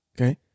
Okay